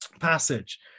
passage